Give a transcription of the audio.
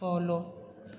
follow